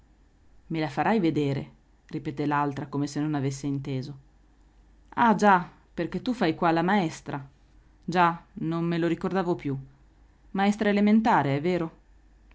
me la farai vedere ripeté l'altra come se non avesse inteso ah già perché tu fai qua la maestra già non me lo ricordavo più maestra elementare è vero